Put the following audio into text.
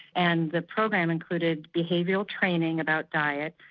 and the program included behavioural training about diet,